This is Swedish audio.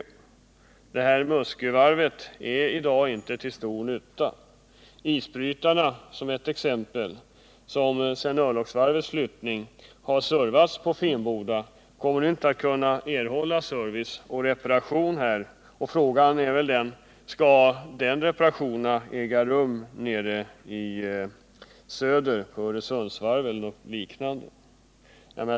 Muskövarvet är i dag inte till stor nytta. Isbrytarna, för att ta ett exempel, som sedan örlogsvarvets flyttning har servats på Finnboda, kommer nu inte att kunna erhålla service och reparation här, och frågan är: Skall reparationerna äga rum nere i södra delen av landet — på Öresundsvarvet eller något liknande?